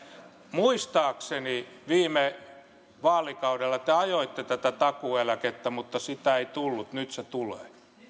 muistaakseni viime vaalikaudella te ajoitte tätä takuueläkettä mutta sitä ei tullut nyt se tulee